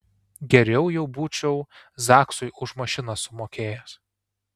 geriau jau būčiau zaksui už mašiną sumokėjęs